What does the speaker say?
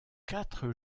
quatre